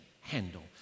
handle